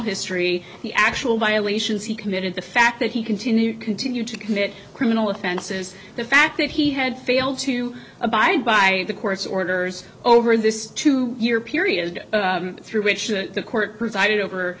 history the actual violations he committed the fact that he continued continue to commit criminal offenses the fact that he had failed to abide by the court's orders over this two year period through which the court presided over